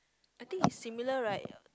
I think it's similar right